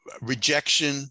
rejection